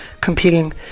competing